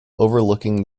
overlooking